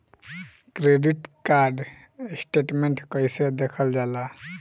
Credit card statement कइसे देखल जाला?